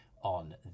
on